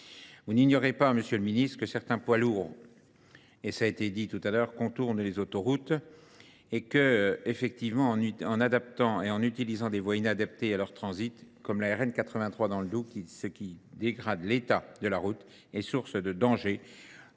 Vous n'ignorez pas, Monsieur le Ministre, que certains poids lourds, et ça a été dit tout à l'heure, contournent les autoroutes et que, effectivement, en adaptant et en utilisant des voies inadaptées à leur transit, comme la RN 83 dans le Doubs, ce qui dégrade l'état de la route est source de danger